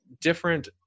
different